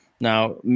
Now